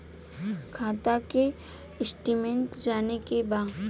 खाता के स्टेटमेंट जाने के बा?